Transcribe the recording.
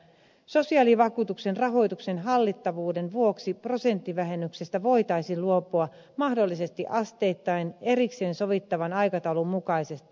sosiaalivakuutuksen rahoituksen hallittavuuden vuoksi prosenttivähennyksestä voitaisiin luopua mahdollisesti asteittain erikseen sovittavan aikataulun mukaisesti